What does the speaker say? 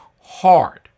hard